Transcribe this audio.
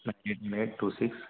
nine eight two six